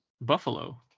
Buffalo